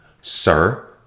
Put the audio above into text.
sir